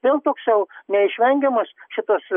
vėl toks jau neišvengiamas šitos